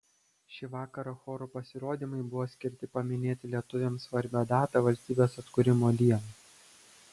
šį vakarą chorų pasirodymai buvo skirti paminėti lietuviams svarbią datą valstybės atkūrimo dieną